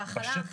סליחה.